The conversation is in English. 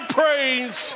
praise